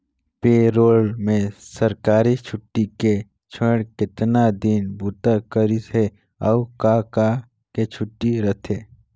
पे roll में सरकारी छुट्टी के छोएड़ केतना दिन बूता करिस हे, अउ का का के छुट्टी रथे